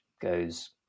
goes